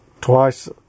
twice